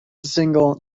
single